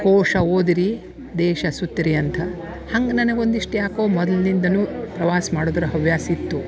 ಕೋಶ ಓದಿರಿ ದೇಶ ಸುತ್ತಿರಿ ಅಂತ ಹಂಗೆ ನನಗೆ ಒಂದಿಷ್ಟು ಯಾಕೋ ಮೊದಲಿನಿಂದಲೂ ಪ್ರವಾಸ ಮಾಡುದ್ರ ಹವ್ಯಾಸ ಇತ್ತು